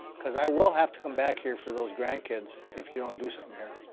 because i will have to come back here for those grandkids if you don't do something here.